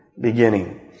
beginning